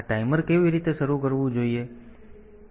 તેથી આ ટાઈમર કેવી રીતે શરૂ કરવું જોઈએ